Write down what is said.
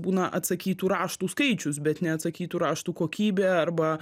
būna atsakytų raštų skaičius bet ne atsakytų raštų kokybė arba